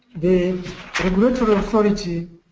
the regulatory authority